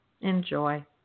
Enjoy